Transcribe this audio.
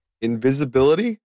invisibility